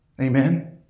Amen